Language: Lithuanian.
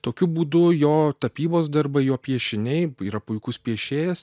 tokiu būdu jo tapybos darbai jo piešiniai yra puikus piešėjas